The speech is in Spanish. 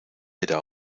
era